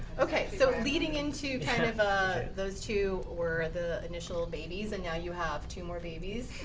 ok. so leading into kind of ah those two, were the initial babies, and now you have two more babies.